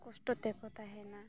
ᱠᱚᱥᱴᱚ ᱛᱮᱠᱚ ᱛᱟᱦᱮᱱᱟ